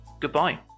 goodbye